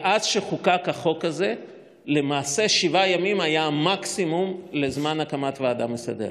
מאז שחוקק החוק הזה למעשה שבעה ימים היה מקסימום הזמן הקמת ועדה מסדרת.